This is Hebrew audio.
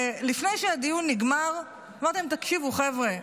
לפני שהדיון נגמר אמרתי להם: תקשיבו, חבר'ה,